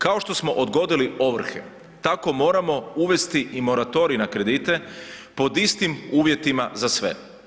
Kao što smo odgodili ovrhe, tako moramo uvesti i moratorij na kredite, pod istim uvjetima za sve.